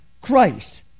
Christ